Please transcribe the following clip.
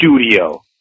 studio